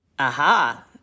Aha